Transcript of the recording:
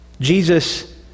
Jesus